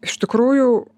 iš tikrųjų